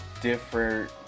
different